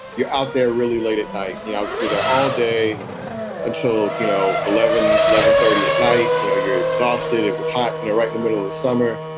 you're out there really late at night. you know, you're there all day until, you know, eleven, eleven, thirty at night. you know, you're exhausted. it was hot. and you're right in the middle of the summer.